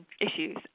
issues